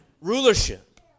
rulership